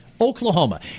Oklahoma